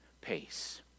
pace